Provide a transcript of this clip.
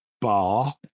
bar